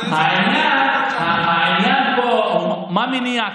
העניין פה הוא מניע,